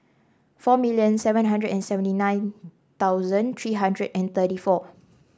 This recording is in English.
four million seven hundred and seventy nine thousand three hundred and thirty four